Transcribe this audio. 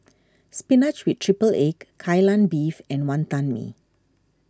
Spinach with Triple Egg Kai Lan Beef and Wantan Mee